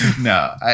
No